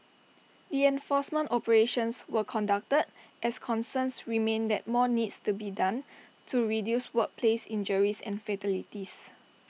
the enforcement operations were conducted as concerns remain that more needs to be done to reduce workplace injuries and fatalities